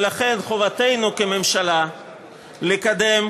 ולכן, חובתנו כממשלה לקדם